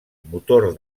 motor